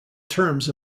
terms